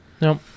nope